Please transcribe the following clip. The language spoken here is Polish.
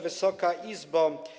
Wysoka Izbo!